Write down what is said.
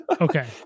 Okay